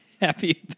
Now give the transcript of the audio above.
happy